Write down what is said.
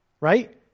right